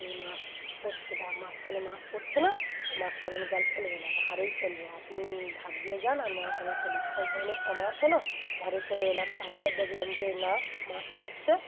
আমি মাছ পড়ছে মাঝখানে মাছ পড়ছে না মাঝখানে আমি জাল ফেলবো না ধারেই ফেলবো আপনি ধার দিয়ে যান আর মাছ আমি ফেলি খানটা অনেকটা মাছ হলো ঘরে চলে এলাম তারপরে দেখলাম যে না মাছ পড়ছে